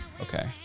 Okay